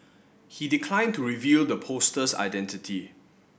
he decline to reveal the poster's identity